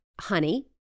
honey